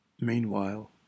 Meanwhile